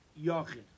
yachid